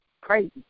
crazy